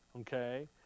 Okay